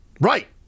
Right